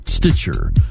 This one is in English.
Stitcher